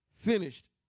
finished